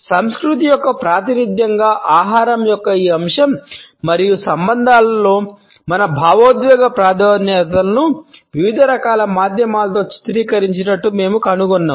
సంస్కృతి యొక్క ప్రాతినిధ్యంగా ఆహారం యొక్క ఈ అంశం మరియు సంబంధాలలో మన భావోద్వేగ ప్రాధాన్యతలను వివిధ రకాల మాధ్యమాలలో చిత్రీకరించినట్లు మేము కనుగొన్నాము